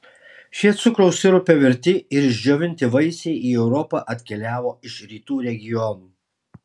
šie cukraus sirupe virti ir išdžiovinti vaisiai į europą atkeliavo iš rytų regionų